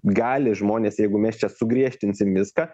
gali žmonės jeigu mes čia sugriežtinsim viską